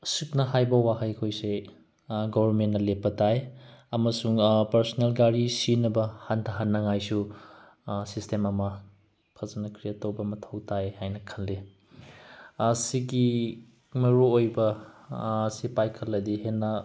ꯑꯁꯨꯛꯅ ꯍꯥꯏꯕ ꯋꯥꯍꯩꯈꯣꯏꯁꯦ ꯒꯣꯕꯔꯃꯦꯟꯅ ꯂꯦꯞꯄ ꯇꯥꯏ ꯑꯃꯁꯨꯡ ꯄꯔꯁꯣꯅꯦꯜ ꯒꯥꯔꯤ ꯁꯤꯖꯤꯟꯅꯕ ꯍꯟꯊꯍꯟꯅꯤꯡꯉꯥꯏꯁꯨ ꯁꯤꯁꯇꯦꯝ ꯑꯃ ꯐꯖꯅ ꯀ꯭ꯔꯤꯠꯇꯧꯕ ꯃꯊꯧ ꯇꯥꯏ ꯍꯥꯏꯅ ꯈꯜꯂꯤ ꯑꯁꯤꯒꯤ ꯃꯔꯨ ꯑꯣꯏꯕ ꯑꯁꯤ ꯄꯥꯏꯈꯠꯂꯗꯤ ꯍꯦꯟꯅ